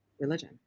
religion